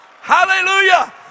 Hallelujah